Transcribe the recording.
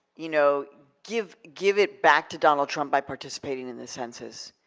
you know give give it back to donald trump by participating in this census.